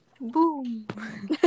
Boom